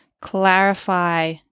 clarify